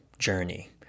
journey